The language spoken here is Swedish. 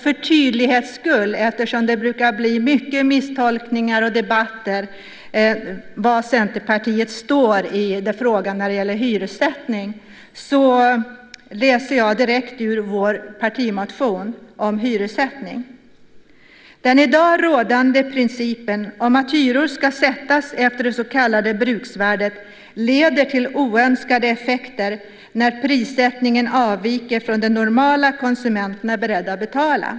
För tydlighets skull, eftersom det brukar bli mycket misstolkningar och debatter om var Centerpartiet står i frågan om hyressättning, läser jag ur vår partimotion om hyressättning: Den i dag rådande principen om att hyror ska sättas efter det så kallade bruksvärdet leder till oönskade effekter när prissättningen avviker från det som den normala konsumenten är beredd att betala.